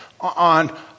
on